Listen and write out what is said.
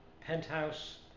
penthouse